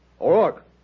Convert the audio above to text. O'Rourke